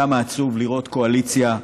כמה עצוב לראות קואליציה,